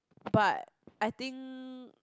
but I think